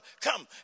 come